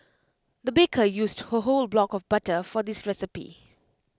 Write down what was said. the baker used A whole block of butter for this recipe